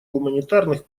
гуманитарных